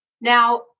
Now